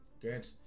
Good